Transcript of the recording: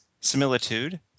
Similitude